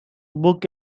book